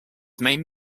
main